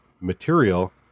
material